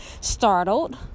startled